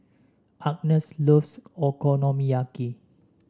Agnes loves Okonomiyaki